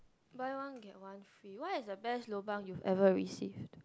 buy one get one free what is the best lobang you've ever received